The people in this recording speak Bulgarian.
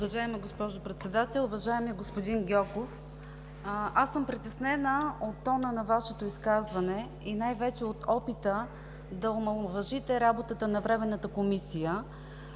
Уважаема госпожо Председател, уважаеми господин Гьоков! Притеснена съм от тона на Вашето изказване и най-вече от опита да омаловажите работата на Временната комисия.